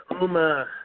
Uma